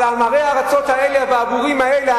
אבל עמי הארצות האלה והבורים האלה,